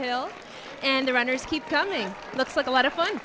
hill and the runners keep coming looks like a lot of fun